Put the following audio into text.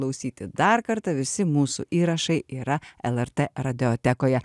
klausyti dar kartą visi mūsų įrašai yra lrt radiotekoje